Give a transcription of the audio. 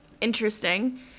interesting